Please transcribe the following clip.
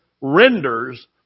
renders